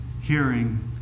hearing